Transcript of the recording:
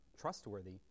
trustworthy